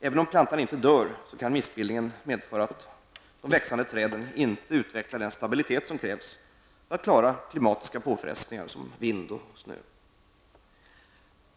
Även om plantan inte dör kan missbildningen medföra att de växande träden inte utvecklar den stabilitet som krävs för att klara klimatiska påfrestningar såsom vind och snö.